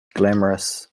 glamorous